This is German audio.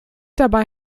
dabei